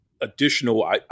additional